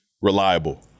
reliable